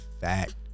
fact